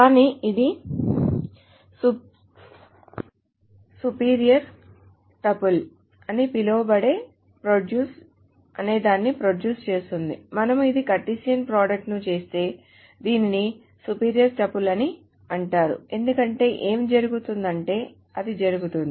కానీ ఇది spurious tuple అని పిలువబడేదాన్నిప్రొడ్యూస్ చేస్తుంది మనము ఇది కార్టెసియన్ ప్రోడక్ట్ ని చేస్తే దీనిని స్పూరియస్ టుపుల్ అని అంటారు ఎందుకంటే ఏమి జరుగుతుందంటే అది జరుగుతుంది